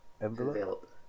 Envelope